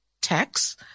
tax